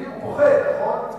הוא פוחד, נכון?